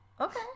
Okay